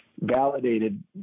validated